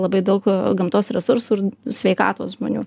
labai daug gamtos resursų ir sveikatos žmonių